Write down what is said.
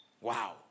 Wow